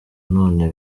none